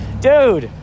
Dude